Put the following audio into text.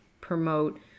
promote